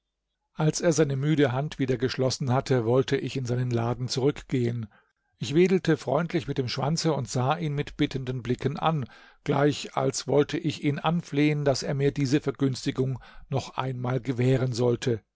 als er seine müde hand wieder geschlossen hatte wollte ich in seinen laden zurückgehen ich wedelte freundlich mit dem schwanze und sah ihn mit bittenden blicken an gleich als wollte ich ihn anflehen daß er mir diese vergünstigung noch einmal gewähren sollte